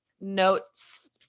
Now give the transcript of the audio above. notes